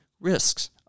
risks